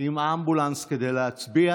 עם האמבולנס כדי להצביע,